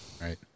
right